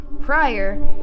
prior